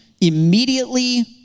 immediately